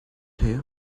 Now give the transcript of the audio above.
here